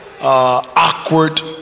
awkward